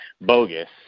bogus